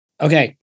Okay